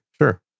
sure